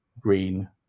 green